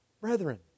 Brethren